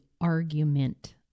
argument